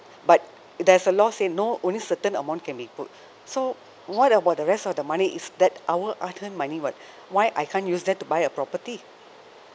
but there's a law say no only certain amount can be put so what about the rest of the money it's that our hard earned money [what] why I can't use that to buy a property